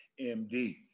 md